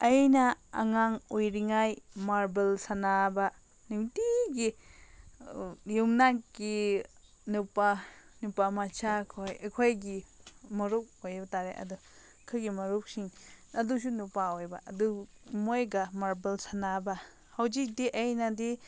ꯑꯩꯅ ꯑꯉꯥꯡ ꯑꯣꯏꯔꯤꯉꯩ ꯃꯥꯔꯕꯜ ꯁꯥꯟꯅꯕ ꯅꯨꯡꯇꯤꯒꯤ ꯌꯨꯝꯅꯛꯀꯤ ꯅꯨꯄꯥ ꯅꯨꯄꯥ ꯃꯆꯥꯈꯣꯏ ꯑꯩꯈꯣꯏꯒꯤ ꯃꯔꯨꯞ ꯑꯣꯏꯕꯇꯥꯔꯦ ꯑꯗꯣ ꯑꯩꯈꯣꯏꯒꯤ ꯃꯔꯨꯞꯁꯤꯡ ꯑꯗꯨꯁꯨ ꯅꯨꯄꯥ ꯑꯣꯏꯕ ꯑꯗꯨ ꯃꯣꯏꯒ ꯃꯥꯔꯕꯜ ꯁꯥꯟꯅꯕ ꯍꯧꯖꯤꯛꯇꯤ ꯑꯩꯅꯗꯤ